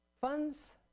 Funds